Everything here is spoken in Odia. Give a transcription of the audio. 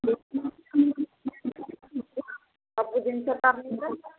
ଲୋକମାନେ ସବୁ ଜିନିଷ ତ ନେବେ